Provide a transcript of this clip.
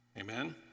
Amen